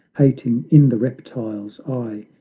hating in the reptile's eye,